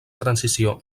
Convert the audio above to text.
transició